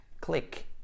click